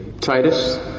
Titus